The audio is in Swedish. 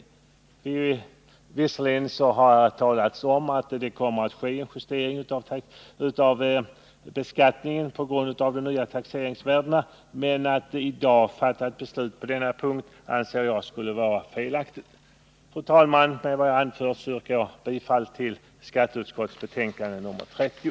Det har under debatten visserligen talats om att det med hänsyn till dessa nya taxeringsvärden skall göras en justering av beskattningen, men att i dag fatta ett beslut på grundval av detta anser jag vara felaktigt. Fru talman! Med vad jag har anfört yrkar jag bifall till skatteutskottets hemställan i dess betänkande nr 30.